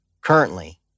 currently